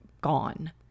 gone